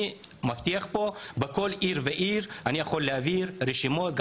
אני מבטיח שאני יכול להעביר רשימות בכל עיר ועיר,